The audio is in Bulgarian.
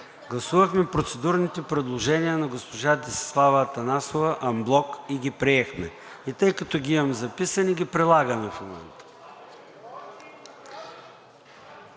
гласувахме процедурните предложения на госпожа Десислава Атанасова анблок и ги приехме и тъй като ги имам записани, ги прилагаме в момента.